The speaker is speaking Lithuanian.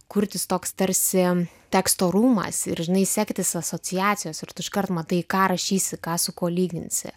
kurtis toks tarsi teksto rūmas ir žinai sekti asociacijos iškart matai ką rašysi ką su kuo lyginsi